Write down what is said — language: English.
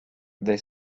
they